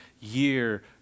year